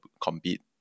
compete